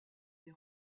des